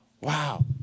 wow